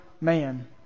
man